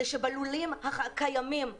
אנחנו לא באים לפגוע בלולים הקיימים ובלולנים,